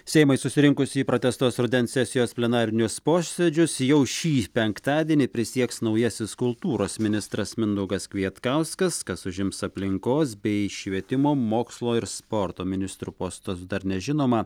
seimui susirinkus į pratęstos rudens sesijos plenarinius posėdžius jau šį penktadienį prisieks naujasis kultūros ministras mindaugas kvietkauskas kas užims aplinkos bei švietimo mokslo ir sporto ministrų postus dar nežinoma